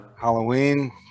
Halloween